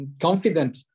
confident